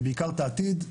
בעיקר את העתיד,